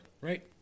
Right